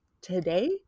today